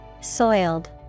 Soiled